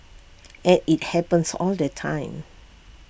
and IT happens all the time